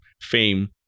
fame